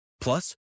Plus